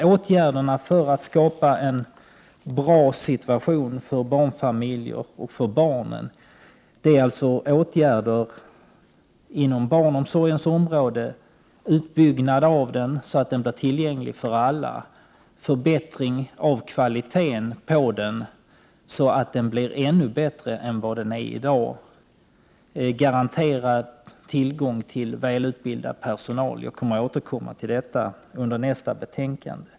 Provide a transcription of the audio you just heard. En förutsättning för att skapa en bra situation för föräldrar och barn är alltså åtgärder inom barnomsorgens område: utbyggnad av den så att den blir tillgänglig för alla, förbättring av dess kvalitet så att den blir ännu bättre än den är i dag och garanterad tillgång till väl utbildad personal. Jag återkommer till detta vid behandlingen av nästa betänkande.